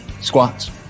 Squats